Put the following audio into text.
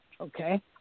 Okay